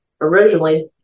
Originally